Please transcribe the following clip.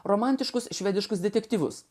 romantiškus švediškus detektyvus